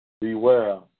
Beware